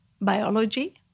biology